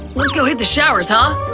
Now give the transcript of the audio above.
let's go hit the showers, huh? i